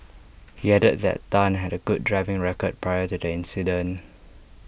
he added that Tan had A good driving record prior to the accident